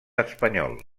espanyol